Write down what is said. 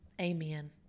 Amen